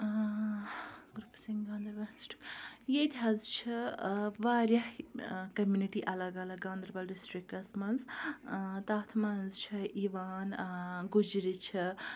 groups in Ganderbal district ییٚتہِ حظ چھِ واریاہ کمنِٹی الگ الگ گاندَربل ڈِسٹِرٛکَس منٛز تَتھ منٛز چھِ یِوان گُجری چھِ